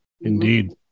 Indeed